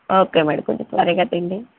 okay madam కొంచెం త్వరగా తెండి